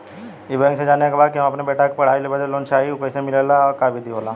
ई बैंक से जाने के बा की हमे अपने बेटा के पढ़ाई बदे लोन चाही ऊ कैसे मिलेला और का विधि होला?